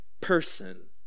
person